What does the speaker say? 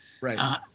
Right